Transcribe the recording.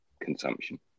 consumption